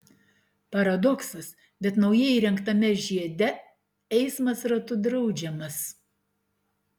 paradoksas bet naujai įrengtame žiede eismas ratu draudžiamas